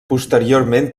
posteriorment